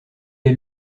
est